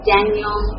Daniel